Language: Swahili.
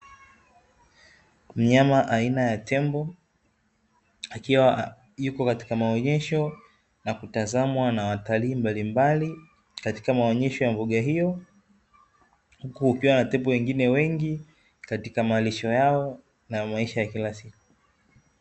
Mnyama aina ya tembo akiwa yupo katika maonyesho nakutazamwa na watalii mbalimbali katika maonyesho ya mbuga hiyo, huku kukiwa na tembo wengine wengi katika malisho yao na maisha ya kila siku.